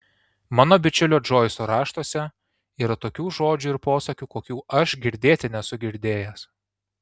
mano bičiulio džoiso raštuose yra tokių žodžių ir posakių kokių aš girdėti nesu girdėjęs